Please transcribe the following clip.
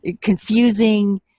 confusing